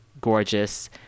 gorgeous